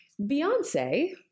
Beyonce